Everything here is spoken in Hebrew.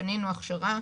בנינו הכשרה,